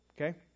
Okay